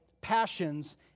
passions